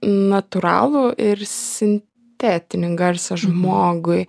natūralų ir sintetinį garsą žmogui